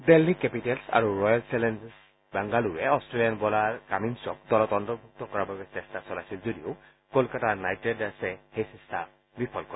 Delhi capitals আৰু royal challengers বেংগালুৰুৱে Australian bowler কিউমিঞ্চক দলত অন্তৰ্ভুৰু কৰাৰ বাবে চেষ্টা চলাইছিল যদিও কলকাতা নাইট ৰাইডাৰ্ছে সেই চেষ্টা বিফল কৰে